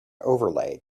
overlay